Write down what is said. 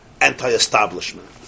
anti-establishment